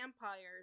vampires